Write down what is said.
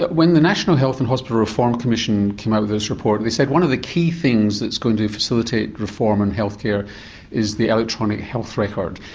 but when the national health and hospital reform commission came out with this report it said one of the key things that's going to facilitate reform in health care is the electronic health record.